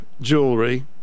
jewelry